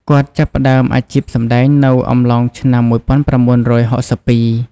គាត់ចាប់ផ្ដើមអាជីពសម្ដែងនៅអំឡុងឆ្នាំ១៩៦២។